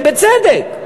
ובצדק,